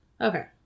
Okay